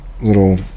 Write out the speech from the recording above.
little